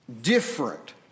different